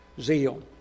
zeal